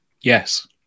Yes